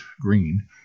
green